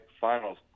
finals